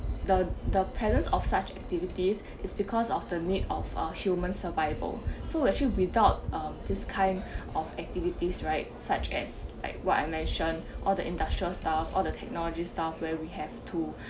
the the presence of such activities is because of the need of uh human survival so actually without um this kind of activities right such as like what I mention or the industrial staff all the technology stuff where we have to